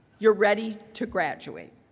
you're ready to graduate.